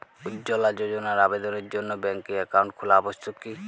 উজ্জ্বলা যোজনার আবেদনের জন্য ব্যাঙ্কে অ্যাকাউন্ট খোলা আবশ্যক কি?